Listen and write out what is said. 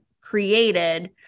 created